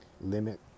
limit